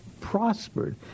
prospered